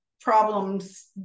problems